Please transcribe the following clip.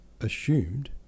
assumed